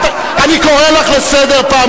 להחליף את ראש